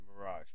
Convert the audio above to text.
Mirage